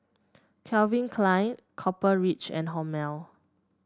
Calvin Klein Copper Ridge and Hormel